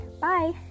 bye